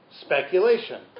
speculation